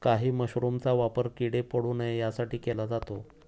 काही मशरूमचा वापर किडे पडू नये यासाठी केला जातो